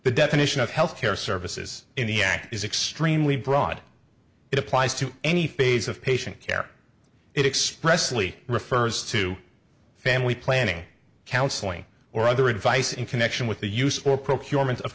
the definition of health care services in the act is extremely broad it applies to any phase of patient care it expressly refers to family planning counseling or other advice in connection with the use or procurement of